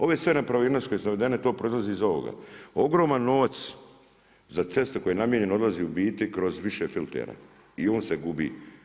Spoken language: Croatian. Ove sve nepravilnosti koje su navedene to proizlazi iz ovoga, ogroman novac za ceste koji je namijenjen odlazi u biti kroz više filtera i on se gubi.